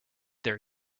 there